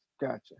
Gotcha